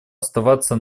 оставаться